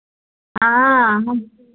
हाँ हम